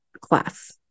class